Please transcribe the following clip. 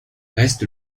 restent